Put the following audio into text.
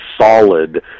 solid